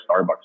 Starbucks